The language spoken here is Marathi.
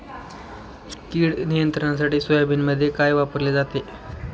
कीड नियंत्रणासाठी सोयाबीनमध्ये काय वापरले जाते?